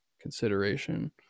consideration